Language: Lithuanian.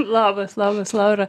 labas labas laura